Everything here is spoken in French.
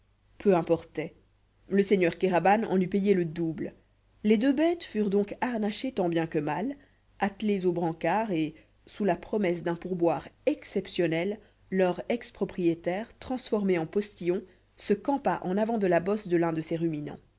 peu importait le seigneur kéraban en eût payé le double les deux bêtes furent donc harnachées tant bien que mal attelées aux brancards et sous la promesse d'un pourboire exceptionnel leur ex propriétaire transformé en postillon se campa en avant de la bosse de l'un de ces ruminants